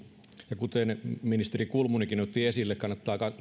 ja kuten ministeri kulmunikin otti esille kannattaa